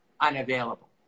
unavailable